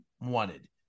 wanted